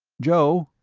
joe.